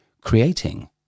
creating